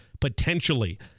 potentially